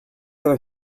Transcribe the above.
other